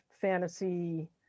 fantasy